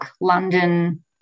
London